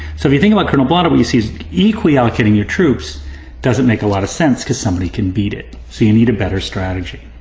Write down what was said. so if you think about colonel blotto, what you see is equally allocating your troops doesn't make a lot of sense because somebody can beat it. so you need a better strategy.